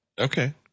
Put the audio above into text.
Okay